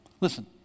Listen